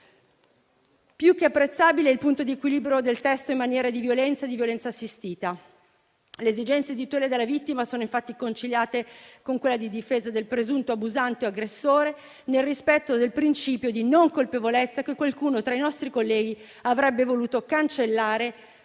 Più che apprezzabile è il punto di equilibrio del testo in materia di violenza e di violenza assistita. Le esigenze di tutela della vittima sono infatti conciliate con quella di difesa del presunto abusante o aggressore, nel rispetto del principio di non colpevolezza che qualcuno tra i nostri colleghi avrebbe voluto cancellare,